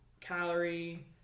calorie